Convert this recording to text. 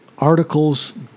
Articles